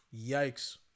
Yikes